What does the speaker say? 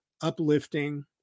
uplifting